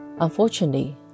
Unfortunately